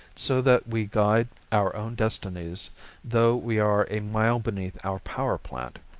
so that we guide our own destinies though we are a mile beneath our power plant.